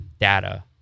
data